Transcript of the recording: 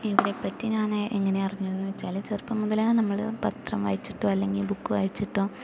ഇവരെപ്പറ്റി ഞാൻ എങ്ങനെയാണ് അറിഞ്ഞതെന്ന് വെച്ചാല് ചെറുപ്പം മുതലാണ് നമ്മള് പത്രം വായിച്ചിട്ടോ അല്ലെങ്കിൽ ബുക്ക് വായിച്ചിട്ടോ